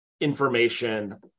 information